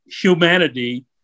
humanity